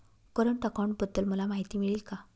Current अकाउंटबद्दल मला माहिती मिळेल का?